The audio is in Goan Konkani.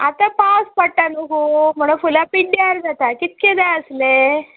आतां पावस पडटा नू खूब म्हणून फुलां पिड्ड्यार जाता कितके जाय आसले